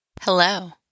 Hello